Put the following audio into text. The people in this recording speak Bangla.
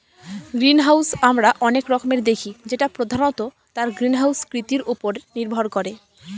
গ্রিনহাউস আমরা অনেক রকমের দেখি যেটা প্রধানত তার গ্রিনহাউস কৃতির উপরে নির্ভর করে